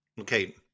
Okay